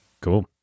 Cool